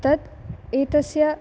तत् एतस्य